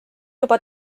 juba